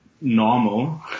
normal